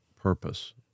purpose